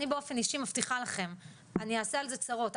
אני באופן אישי מבטיחה לכם: אני אעשה על זה צרות.